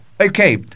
Okay